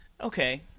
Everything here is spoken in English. Okay